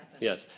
Yes